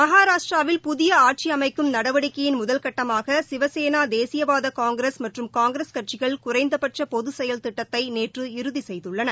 மகாராஷ்டிராவில் புதிய ஆட்சி அமைக்கும் நடவடிக்கையின் முதல்கட்டமாக சிவசேனா தேசியவாத காங்கிரஸ் மற்றும் காங்கிரஸ் கட்சிகள் குறைந்தடட்ச பொது செயல் திட்டத்தை நேற்று இறுதி செய்துள்ளன